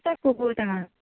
आसा खूब तरा